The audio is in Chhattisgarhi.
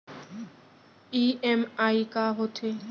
ई.एम.आई का होथे?